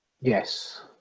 Yes